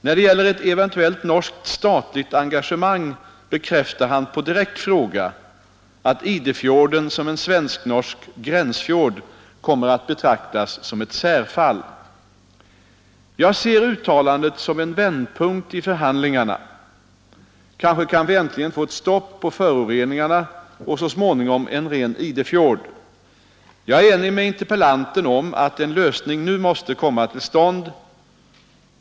När det gäller ett eventuellt norskt statligt engagemang bekräftade han på direkt fråga att Idefjorden som en svensk-norsk gränsfjord kommer att betraktas som ett särfall. Jag ser uttalandet som en vändpunkt i förhandlingarna. Kanske kan vi äntligen få ett stopp på föroreningarna och så småningom en ren Idefjord. Jag är enig med interpellanten om att en lösning nu måste komma till stånd.